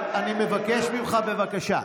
אני מבקש ממך, בבקשה.